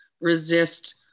resist